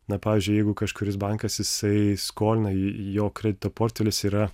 na pavyzdžiui jeigu kažkuris bankas jisai skolina jo kredito portfelis yra